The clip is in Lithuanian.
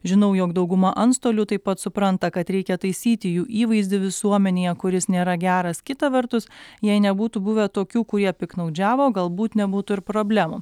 žinau jog dauguma antstolių taip pat supranta kad reikia taisyti jų įvaizdį visuomenėje kuris nėra geras kita vertus jei nebūtų buvę tokių kurie piktnaudžiavo galbūt nebūtų ir problemų